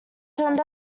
turned